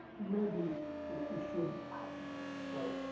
maybe we should well,